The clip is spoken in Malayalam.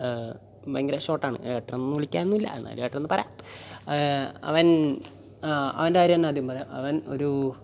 ഭയങ്കര ഷോർട്ട് ആണ് ഏട്ടനെന്ന് വിളിക്കാനൊന്നുമില്ല എന്നാലും ഏട്ടനെന്ന് പറയാം അവൻ അവൻ്റെ കാര്യം തന്നെ ആദ്യം പറയാം അവൻ ഒരു